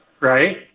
right